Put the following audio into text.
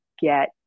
get